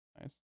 Nice